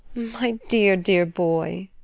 my dear, dear boy!